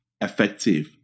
effective